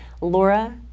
Laura